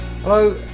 Hello